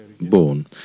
born